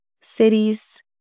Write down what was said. cities